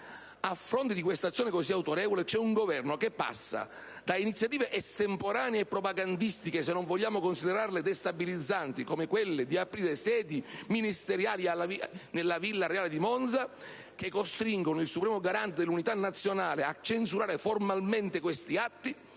A fronte di questa azione così autorevole, c'è un Governo che passa da iniziative estemporanee e propagandistiche, se non vogliamo considerarle destabilizzanti, come quella di aprire sedi ministeriali nella Villa Reale di Monza, che costringono il supremo garante dell'unità nazionale a censurare formalmente questi atti,